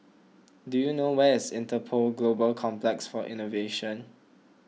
do you know where is Interpol Global Complex for Innovation